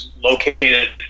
located